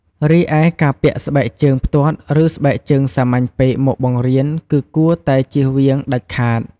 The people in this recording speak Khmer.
រីឯការពាក់ស្បែកជើងផ្ទាត់ ឬ ស្បែកជើងសាមញ្ញពេកមកបង្រៀនគឺគួរតែចៀសវាងដាច់ខាត។